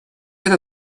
это